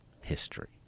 history